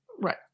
Right